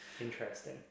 Interesting